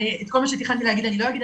את כל מה שתכננתי להגיד אני לא אגיד,